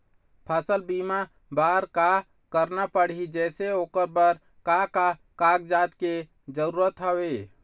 फसल बीमा बार का करना पड़ही जैसे ओकर बर का का कागजात के जरूरत हवे?